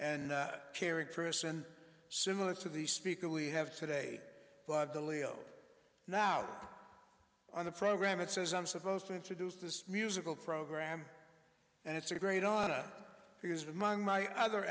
and caring person similar to the speaker we have today but de leo now on the program it says i'm supposed to introduce this musical program and it's a great honor because among my other